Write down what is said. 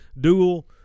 Dual